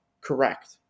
correct